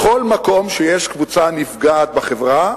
בכל מקום שיש קבוצה נפגעת בחברה,